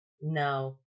No